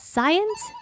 Science